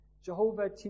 Jehovah